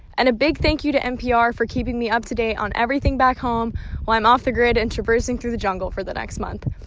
and a big thank you to npr for keeping me up to date on everything back home while i'm off the grid and traversing through the jungle for the next month.